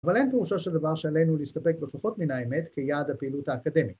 ‫אבל אין פירושו של דבר שעלינו ‫להסתפק בפחות מן האמת ‫כיעד הפעילות האקדמית.